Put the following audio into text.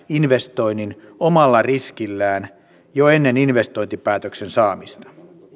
investoinnin omalla riskillään jo ennen investointipäätöksen saamista